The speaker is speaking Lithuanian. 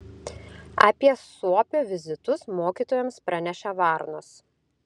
apie suopio vizitus mokytojams praneša varnos